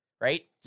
right